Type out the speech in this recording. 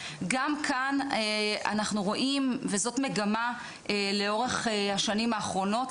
גם כאן אנחנו רואים וזאת מגמה לאורך השנים האחרונות,